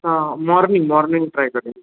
morning morning try करेन